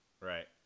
Right